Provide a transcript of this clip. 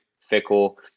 Fickle